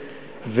וארגוניים,